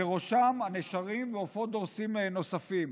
ובראשן הנשרים ועופות דורסים נוספים,